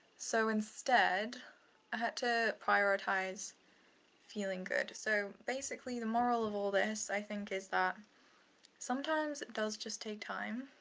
so instead i had to prioritize feeling good. so basically the moral of all this i think is that sometimes it does just take time.